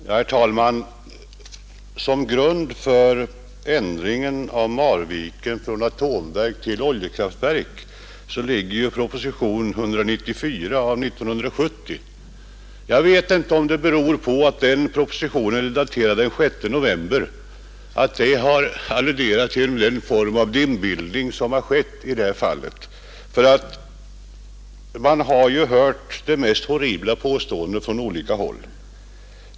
Herr talman! Som grund för ändringen av Marviken från atomverk till oljekraftverk ligger ju proposition 194 år 1970. Jag vet inte om det beror på att den propositionen är daterad den 6 november att det har uppstått en sådan dimbildning i det här fallet. Man har ju hört de mest horribla påståenden från olika håll.